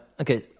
Okay